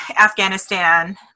Afghanistan